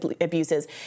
abuses